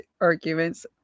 arguments